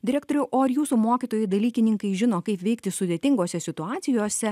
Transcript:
direktoriau o ar jūsų mokytojai dalykininkai žino kaip veikti sudėtingose situacijose